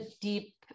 deep